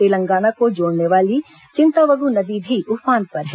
तेलंगाना को जोड़ने वाली चिंतावगु नदी भी उफान पर है